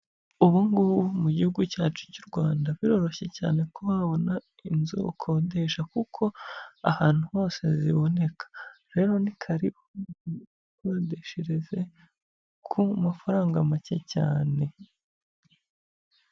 Ubu ngubu mu gihugu cyacu cy'u Rwanda, biroroshye cyane kuba wabona inzu ukodesha kuko ahantu hose ziboneka, rero ni karibu mwikodeshereze ku mafaranga make cyane.